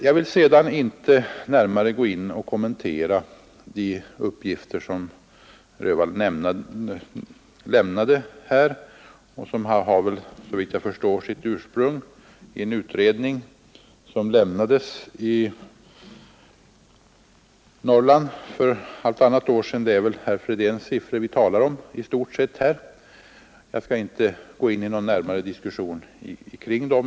Jag vill inte närmare kommentera de uppgifter som herr Öhvall lämnade och som, såvitt jag förstår, har sitt ursprung i en utredning som blev klar för halvtannat år sedan; det är väl i stort sett herr Fredéns siffror vi talar om.